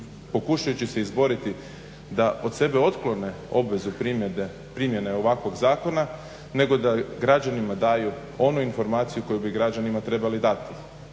pokušajući se izboriti da od sebe otklone obvezu primjene ovakvog zakona nego da građanima daju onu informaciju koju bi građanima trebali dati.